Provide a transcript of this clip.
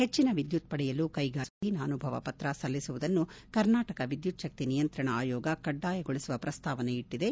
ಹೆಚ್ಚಿನ ವಿದ್ಯುತ್ ಪಡೆಯಲು ಕೈಗಾರಿಕೆಗಳು ಸ್ವಾಧೀನಾನುಭವ ಫತ್ರ ಸಲ್ಲಿಸುವುದನ್ನು ಕರ್ನಾಟಕ ವಿದ್ಯುತ್ ಚಕ್ತಿ ನಿಯಂತ್ರಣ ಆಯೋಗ ಕಡ್ಡಾಯಗೊಳಿಸುವ ಪ್ರಸ್ತಾವನೆ ಇಟ್ಟಿದೆ